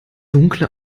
dunkle